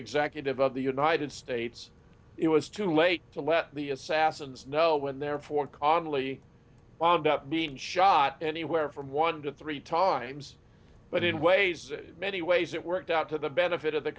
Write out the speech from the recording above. executive of the united states it was too late to let me assassins know when therefore connally wound up being shot anywhere from one to three times but in ways many ways it worked out to the benefit of the